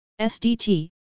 SDT